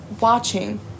watching